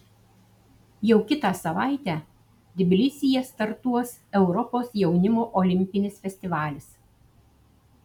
jau kitą savaitę tbilisyje startuos europos jaunimo olimpinis festivalis